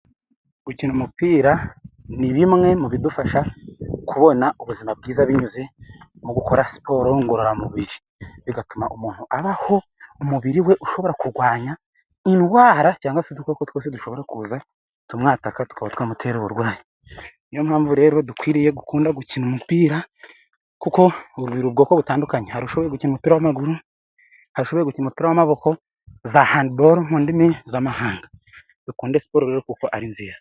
Gukina umupira ni bimwe mu bidufasha kubona ubuzima bwiza binyuze mu gukora siporo ngororamubiri. Bigatuma umuntu abaho, umubiri we ushobora kurwanya indwara cyangwa se udukoko twose dushobora kuza tumwataka tukaba twamutera uburwayi. Niyo mpamvu rero dukwiriye gukunda gukina umupira, kuko uri m'ubwoko butandukanye. Ushobora gukina umupira w'amaguru, ushobora gukina umupira w'amaboko, handball mu ndimi z'amahanga. Dukunde siporo rero kuko ari nziza.